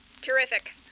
Terrific